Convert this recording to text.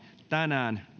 tänään